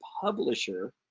publisher